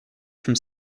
from